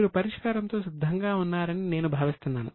మీరు పరిష్కారంతో సిద్ధంగా ఉన్నారని నేను భావిస్తున్నాను